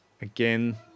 Again